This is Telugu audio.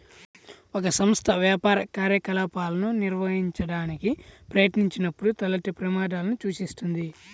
ఒక సంస్థ వ్యాపార కార్యకలాపాలను నిర్వహించడానికి ప్రయత్నించినప్పుడు తలెత్తే ప్రమాదాలను సూచిస్తుంది